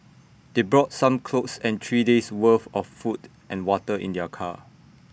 they brought some clothes and three days' worth of food and water in their car